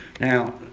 Now